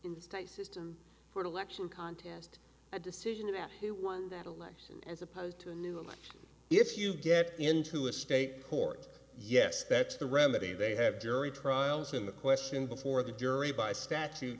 state system for election contest a decision about who won that election as opposed to a new a much if you get into a state court yes that's the remedy they have jury trials in the question before the jury by statute